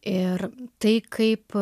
ir tai kaip